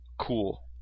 Cool